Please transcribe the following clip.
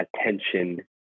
attention